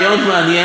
אבל מה לעשות,